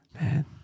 Man